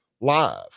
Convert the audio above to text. live